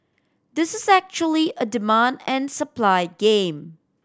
this is actually a demand and supply game